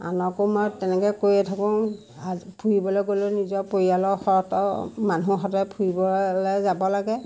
আনকো মই তেনেকৈ কৈয়ে থাকোঁ আজি ফুৰিবলৈ গ'লেও নিজৰ পৰিয়ালৰ সৈতে মানুহৰ সৈতে ফুৰিবলৈ যাব লাগে